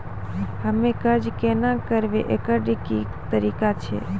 हम्मय कर्जा केना भरबै, एकरऽ की तरीका छै?